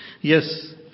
Yes